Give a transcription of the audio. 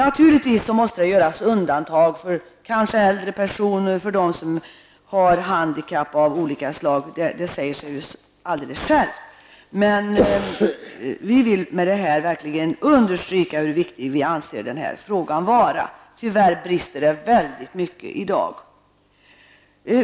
Att det måste göras undantag, kanske för äldre personer och för dem som har handikapp av olika slag, säger sig självt. Men vi vill verkligen understryka hur viktig vi anser den här frågan vara. Tyvärr brister det väldigt mycket i dag.